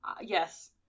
Yes